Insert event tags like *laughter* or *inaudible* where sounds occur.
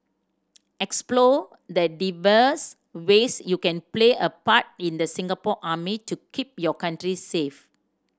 explore the *unintelligible* ways you can play a part in the Singapore Army to keep your country safe